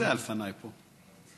מי היה לפניי פה?